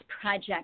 project